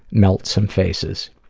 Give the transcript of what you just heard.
melt some faces.